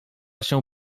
się